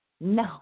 No